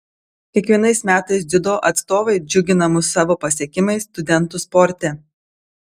kiekvienais metais dziudo atstovai džiugina mus savo pasiekimais studentų sporte